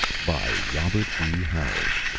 by robert e. howard